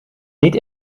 niet